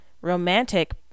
romantic